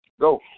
Go